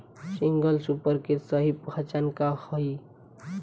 Single super के सही पहचान का हई?